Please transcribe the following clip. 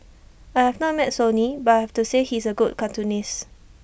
I have not met Sonny but I have to say he is A good cartoonist